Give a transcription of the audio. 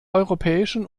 europäischen